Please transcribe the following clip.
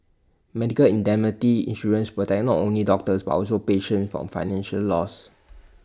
medical indemnity insurance protects not only doctors but also patients from financial loss